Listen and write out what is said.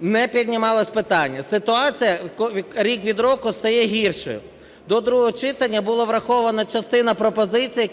Не піднімалось питання. Ситуація рік від року стає гіршою. До другого читання було враховано частину пропозицій…